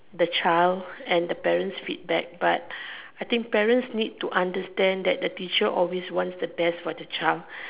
the child and the parent's feedback but I think parents need to understand that the teacher always wants the best for the child